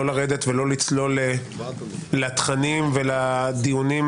לא לצלול לתכנים ולדיונים,